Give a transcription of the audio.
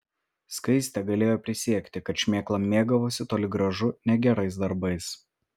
skaistė galėjo prisiekti kad šmėkla mėgavosi toli gražu ne gerais darbais